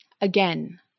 Again